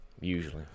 usually